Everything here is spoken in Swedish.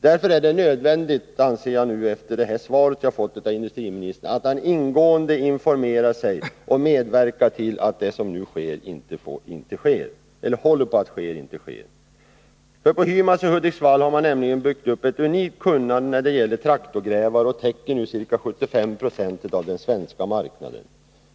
Därför är det nödvändigt — det anser jag nu sedan jag tagit del av industriministerns svar — att industriministern ingående låter sig informeras och att han medverkar till att det som nu håller på att ske inte fullföljs. På Hymas i Hudiksvall har man nämligen byggt upp ett unikt kunnande när det gäller traktorgrävare, och man täcker nu ca 75 26 av den svenska marknaden.